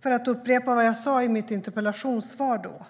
För att upprepa vad jag sa i mitt interpellationssvar då: